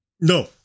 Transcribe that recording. No